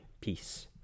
Peace